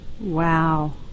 Wow